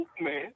man